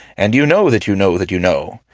and you know that you know that you know.